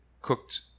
cooked